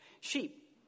sheep